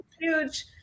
huge